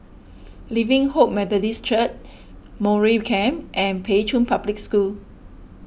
Living Hope Methodist Church Mowbray Camp and Pei Chun Public School